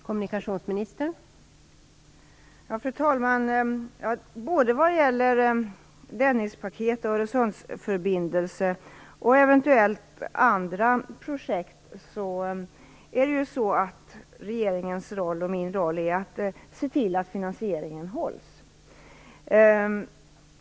Fru talman! Regeringens och min roll i fråga om både Dennispaketet och Öresundsförbindelsen och eventuellt andra projekt är att se till att finansieringen hålls.